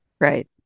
Right